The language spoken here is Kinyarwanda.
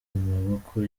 maboko